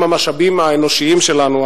הם המשאבים האנושיים שלנו,